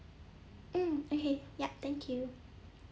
mm okay yup thank you